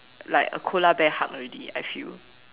like a koala bear hug already I feel